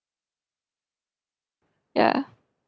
ya